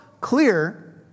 clear